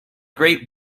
great